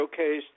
showcased